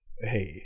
Hey